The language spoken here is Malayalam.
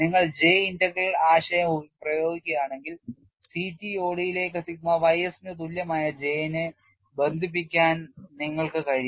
നിങ്ങൾ J ഇന്റഗ്രൽ ആശയം പ്രയോഗിക്കുകയാണെങ്കിൽ CTOD ലേക്ക് സിഗ്മ ys ന് തുല്യമായ J നെ ബന്ധിപ്പിക്കാൻ നിങ്ങൾക്ക് കഴിയും